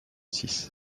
six